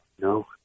No